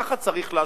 ככה צריך להשוות.